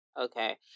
Okay